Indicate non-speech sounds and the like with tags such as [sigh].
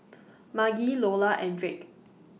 [noise] Margy Lola and Drake